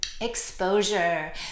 Exposure